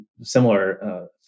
similar